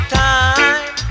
time